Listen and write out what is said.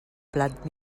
plat